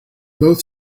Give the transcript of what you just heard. both